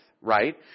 right